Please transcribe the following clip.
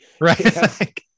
Right